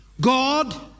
God